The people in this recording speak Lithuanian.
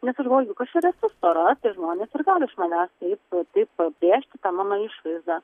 nes aš galvoju juk aš ir esu stora tai žmonės ir gali iš manęs taip taip pabrėžti tą mano išvaizdą